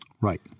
Right